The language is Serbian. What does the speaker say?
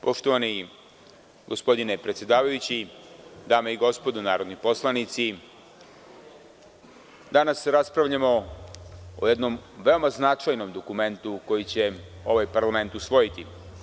Poštovani gospodine predsedavajući, dame i gospodo narodni poslanici, danas raspravljamo o jednom veoma značajnom dokumentu koji će ovaj parlament usvojiti.